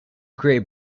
create